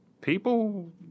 people